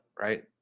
right